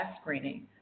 screening